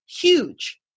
Huge